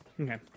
Okay